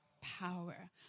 power